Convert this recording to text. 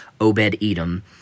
Obed-Edom